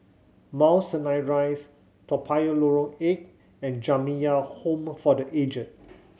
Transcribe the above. Mount Sinai Rise Toa Payoh Lorong Eight and Jamiyah Home for The Aged